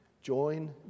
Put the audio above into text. Join